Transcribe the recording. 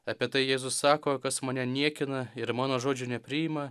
apie tai jėzus sako kas mane niekina ir mano žodžių nepriima